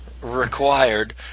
required